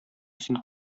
син